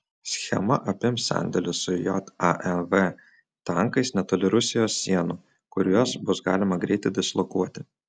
schema apims sandėlius su jav tankais netoli rusijos sienų kuriuos bus galima greit dislokuoti